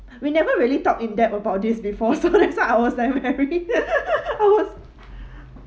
we never really talk in depth about this before so that's why I was like very I was